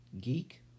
Geek